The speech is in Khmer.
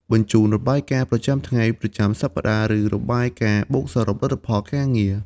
បញ្ជូន របាយការណ៍ ប្រចាំថ្ងៃ ប្រចាំសប្តាហ៍ ឬរបាយការណ៍បូកសរុបលទ្ធផលការងារ។